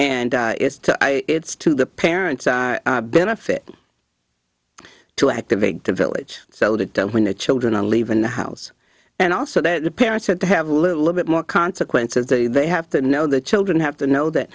i it's to the parents benefit to activate the village sold it to when the children are leaving the house and also that the parents have to have a little bit more consequences the they have to know the children have to know that